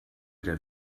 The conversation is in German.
der